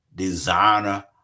designer